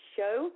Show